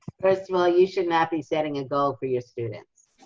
so ah you should not be setting a goal for your students.